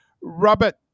Robert